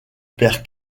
père